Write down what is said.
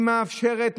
היא מאפשרת,